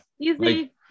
easy